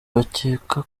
bakeka